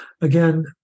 Again